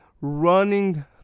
Running